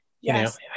yes